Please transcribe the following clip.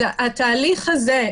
התהליך הזה,